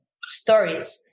stories